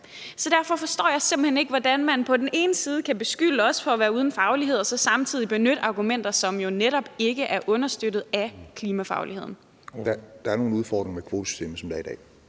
Så derfor forstår jeg simpelt hen ikke, hvordan man på den ene side kan beskylde os for at være uden faglighed og så samtidig benytte argumenter, som jo netop ikke er understøttet af klimafagligheden. Kl. 13:09 Den fg. formand (Christian